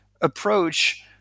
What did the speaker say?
approach